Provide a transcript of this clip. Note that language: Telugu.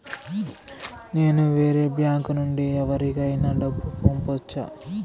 నేను వేరే బ్యాంకు నుండి ఎవరికైనా డబ్బు పంపొచ్చా?